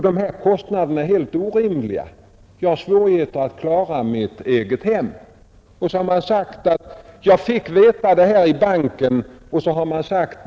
De kostnader jag fått är helt orimliga, och jag har svårt att klara mitt egnahem.” Och så har man sagt: ”Jag fick informationen genom banken.